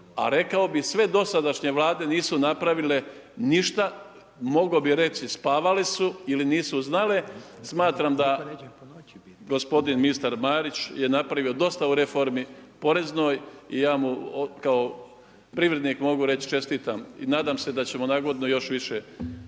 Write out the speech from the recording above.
a rekao bi sve dosadašnje Vlade nisu napravile ništa, mogao bi reći spavale su ili nisu znale. Smatram da gospodin ministar Marić je napravio dosta u reformi poreznoj i ja mu kao privrednik mogu reći čestitam i nadam se da ćemo na godinu još više